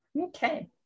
okay